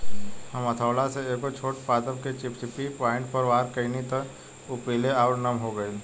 हम हथौड़ा से एगो छोट पादप के चिपचिपी पॉइंट पर वार कैनी त उ पीले आउर नम हो गईल